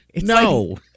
No